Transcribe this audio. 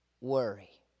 worry